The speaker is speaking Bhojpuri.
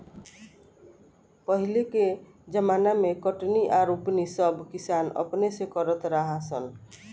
पहिले के ज़माना मे कटनी आ रोपनी सब किसान अपने से करत रहा सन